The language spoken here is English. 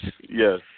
Yes